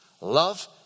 Love